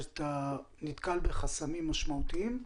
אתה נתקל בחסמים משמעותיים?